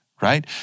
right